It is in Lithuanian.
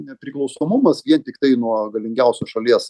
nepriklausomumas vien tiktai nuo galingiausios šalies